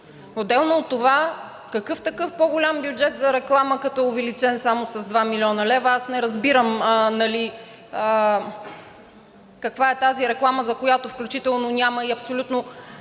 Отделно от това, какъв по-голям бюджет за реклама, като е увеличен само с 2 млн. лв.? Аз не разбирам каква е тази реклама, за която включително няма открити абсолютно